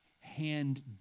hand